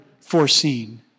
foreseen